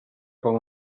com